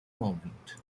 moment